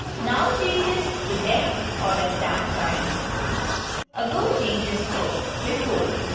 now changes to then or at that time ago changes to before